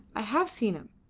i have seen him,